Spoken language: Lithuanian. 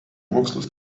mokslus